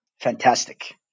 Fantastic